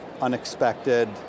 unexpected